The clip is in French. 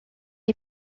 est